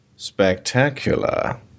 Spectacular